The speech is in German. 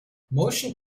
motion